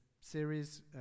series